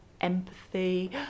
empathy